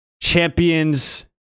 champions